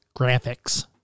graphics